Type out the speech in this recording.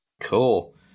Cool